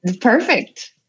Perfect